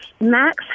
Max